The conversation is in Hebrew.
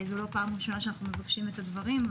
זו לא פעם ראשונה שאנחנו מבקשים את הדברים.